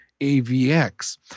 avx